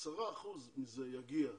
מה דעתך על כך ש-10 אחוזים מהסכום הזה יגיעו